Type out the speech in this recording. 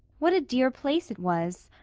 what a dear place it was!